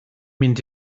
mynd